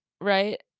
right